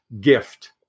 gift